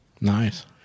Nice